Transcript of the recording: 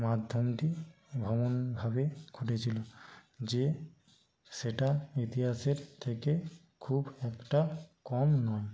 মাধ্যমটি এমনভাবে ঘটেছিল যে সেটা ইতিহাসের থেকে খুব একটা কম নয়